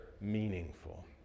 meaningful